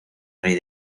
rey